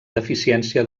deficiència